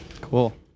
cool